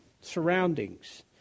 surroundings